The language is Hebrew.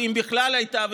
ואם בכלל הייתה,